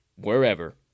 Wherever